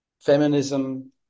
feminism